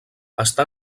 està